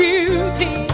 Beauty